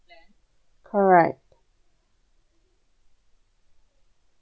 correct